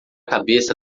cabeça